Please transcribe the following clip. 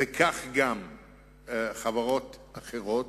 וכך גם חברות אחרות,